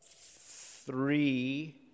three